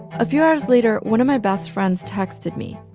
a few hours later, one of my best friends texted me.